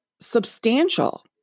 substantial